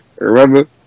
Remember